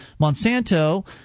Monsanto